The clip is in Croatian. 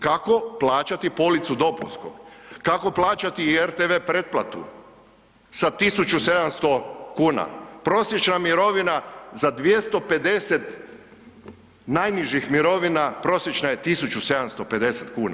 Kako plaćati policu dopunskog, kako plaćati i RTV pretplatu sa 1.700 kuna, prosječna mirovina za 250 najnižih mirovina prosječna je 1.750 kuna.